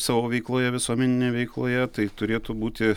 savo veikloje visuomeninėje veikloje tai turėtų būti